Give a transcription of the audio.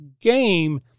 game